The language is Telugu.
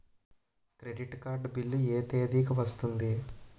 క్రెడిట్ కార్డ్ బిల్ ఎ తేదీ కి వస్తుంది?